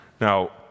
Now